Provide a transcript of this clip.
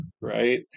right